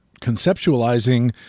conceptualizing